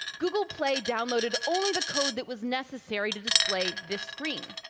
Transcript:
google play downloaded only the code that was necessary to display this screen.